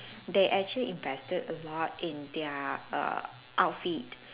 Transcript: they actually invested a lot in their err outfit